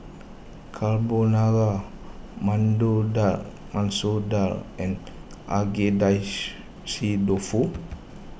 Carbonara Dal Masoor Dal and Agedashi Dofu